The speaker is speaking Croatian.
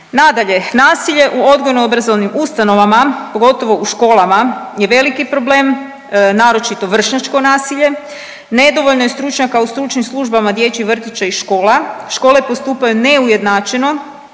Nadalje, nasilje u odgojno obrazovnim ustanovama, pogotovo u školama je veliki problem, naročito vršnjačko nasilje. Nedovoljno je stručnjaka u stručnim službama dječjih vrtića i škola. Škole postupaju neujednačeno